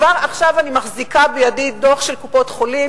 כבר עכשיו אני מחזיקה בידי דוח של קופות-חולים,